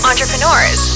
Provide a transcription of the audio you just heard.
entrepreneurs